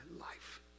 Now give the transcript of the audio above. life